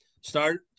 start